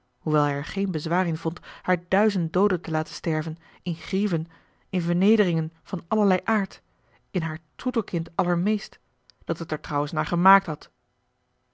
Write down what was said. hoewel hij er geen bezwaar in vond haar duizend dooden te laten sterven in grieven in vernederingen van allerlei aard in haar troetelkind allermeest dat het er trouwens naar gemaakt had